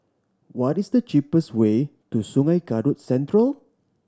what is the cheapest way to Sungei Kadut Central